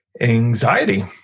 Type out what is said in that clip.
anxiety